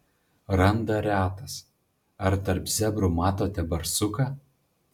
randa retas ar tarp zebrų matote barsuką